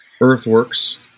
Earthworks